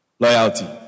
loyalty